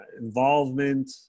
involvement